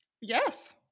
yes